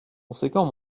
conséquent